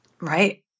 Right